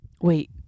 Wait